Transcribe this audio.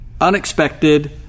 unexpected